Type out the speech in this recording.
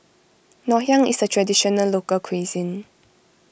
Ngoh Hiang is a Traditional Local Cuisine